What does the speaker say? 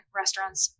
restaurants